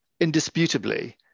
indisputably